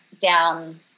down